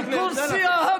הכיסא,